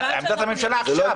עמדת הממשלה עכשיו.